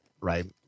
right